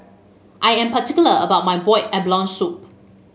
I am particular about my Boiled Abalone Soup